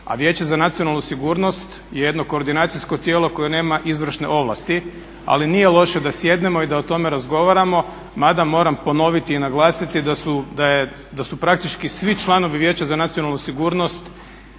a Vijeće za nacionalnu sigurnost je jedno koordinacijsko tijelo koje nema izvršne ovlasti. Ali nije loše da sjednemo i da o tome razgovaramo mada moram ponoviti i naglasiti da su praktički svi članovi Vijeća za nacionalnu sigurnost